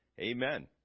Amen